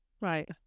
right